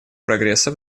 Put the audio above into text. прогресса